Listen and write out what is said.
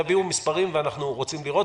תביאו מספרים כדי שנראה.